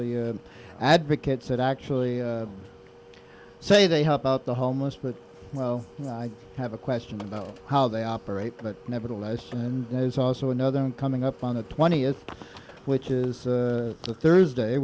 the advocates that actually say they help out the homeless but i have a question about how they operate but nevertheless and there's also another one coming up on the twentieth which is thursday